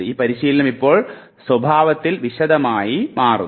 ഈ പരിശീലനം ഇപ്പോൾ സ്വഭാവത്തിൽ വിശദമായി മാറുന്നു